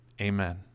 amen